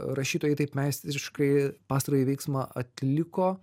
rašytojai taip meistriškai pastarąjį veiksmą atliko